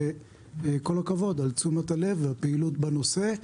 כל הכבוד על תשומת הלב והפעילות בנושא.